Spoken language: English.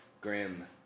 grim